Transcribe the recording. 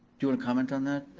you wanna comment on that?